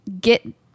get